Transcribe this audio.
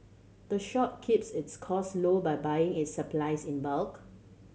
the shop keeps its cost low by buying its supplies in bulk